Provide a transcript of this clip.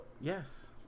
Yes